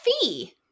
Fee